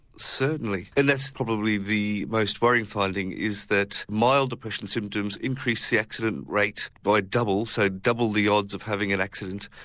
certainly and that's probably the most worrying finding is that mild depression symptoms increase the accident rate by double, so double the odds of having an accident.